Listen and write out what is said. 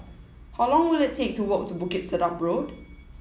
how long will it take to walk to Bukit Sedap Road